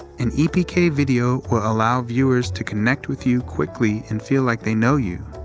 an epk video will allow viewers to connect with you quickly and feel like they know you.